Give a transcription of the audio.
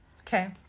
Okay